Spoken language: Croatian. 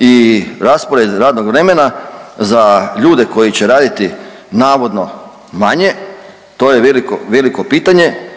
i raspored radnog vremena za ljude koji će raditi navodno manje to je veliko, veliko pitanje.